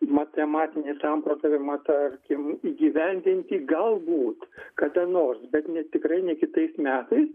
matematinį samprotavimą tarkim įgyvendinti galbūt kada nors bet ne tikrai ne kitais metais